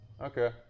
Okay